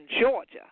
Georgia